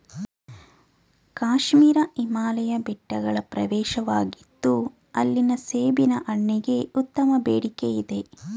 ಕಾಶ್ಮೀರ ಹಿಮಾಲಯ ಬೆಟ್ಟಗಳ ಪ್ರವೇಶವಾಗಿತ್ತು ಅಲ್ಲಿನ ಸೇಬಿನ ಹಣ್ಣಿಗೆ ಉತ್ತಮ ಬೇಡಿಕೆಯಿದೆ